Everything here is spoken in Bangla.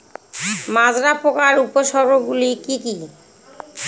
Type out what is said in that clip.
মাজরা পোকার উপসর্গগুলি কি কি?